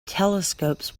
telescopes